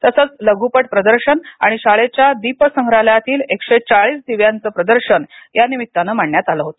तसच लघ्पट प्रदर्शन आणि शाळेच्या दीपसंग्रहालयातील एकशेचाळीस दिव्यांचे प्रदर्शन यानिमित्ताने मांडण्यात आल होते